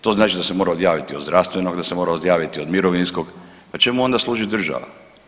To znači da se mora odjaviti i od zdravstvenog, da se mora odjaviti od mirovinskog, pa čemu onda služi država.